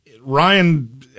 Ryan